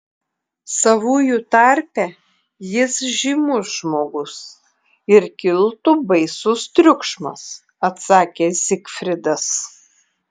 savųjų tarpe jis žymus žmogus ir kiltų baisus triukšmas atsakė zigfridas